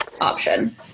option